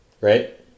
right